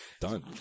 done